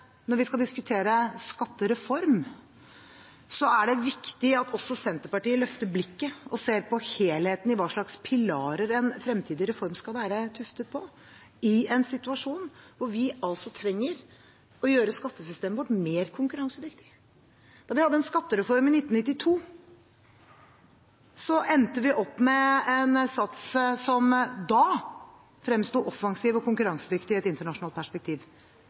når vi skal diskutere skattereform, er det viktig at også Senterpartiet løfter blikket og ser på helheten i hva slags pilarer en fremtidig reform skal være tuftet på, i en situasjon hvor vi trenger å gjøre skattesystemet vårt mer konkurransedyktig. Da vi fikk en skattereform i 1992, endte vi med en sats som da fremsto som offensiv og konkurransedyktig i et internasjonalt perspektiv.